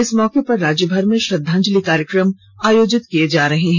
इस मौके पर राज्यभर में श्रद्वांजलि कार्यक्रम आयोजित किये जा रहे हैं